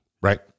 right